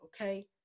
okay